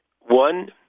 One